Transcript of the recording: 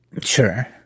Sure